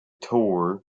tour